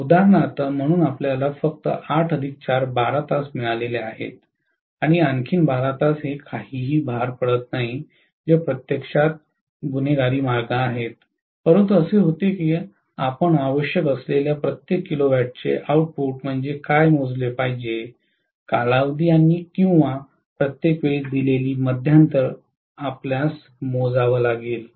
उदाहरणार्थ म्हणून आम्हाला फक्त 8 4 12 तास मिळाले आहेत आणि नंतर आणखी 12 तास हे काहीही भार पडत नाही जे प्रत्यक्षात गुन्हेगारी मार्ग आहेत परंतु असे होते की आपण आवश्यक असलेल्या प्रत्येक किलोवॅटचे आउटपुट म्हणजे काय मोजले पाहिजे कालावधी किंवा प्रत्येक वेळी दिलेली मध्यांतर आपण मोजावे लागेल